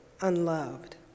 unloved